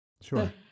Sure